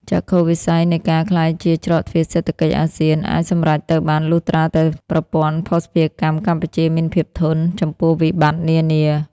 ចក្ខុវិស័យនៃការក្លាយជា "ច្រកទ្វារសេដ្ឋកិច្ចអាស៊ាន" អាចសម្រេចទៅបាន លុះត្រាតែប្រព័ន្ធភស្តុភារកម្មកម្ពុជាមានភាពធន់ ចំពោះវិបត្តិនានា។